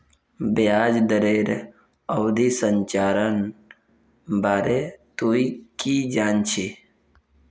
ब्याज दरेर अवधि संरचनार बारे तुइ की जान छि